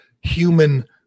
human